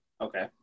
Okay